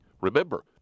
remember